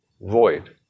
void